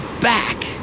back